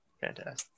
Fantastic